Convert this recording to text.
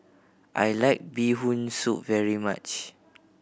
I like Bee Hoon Soup very much